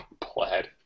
Plaid